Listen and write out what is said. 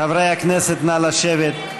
חברי הכנסת, נא לשבת.